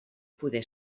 poder